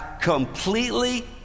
completely